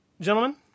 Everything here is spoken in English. gentlemen